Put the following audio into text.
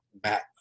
back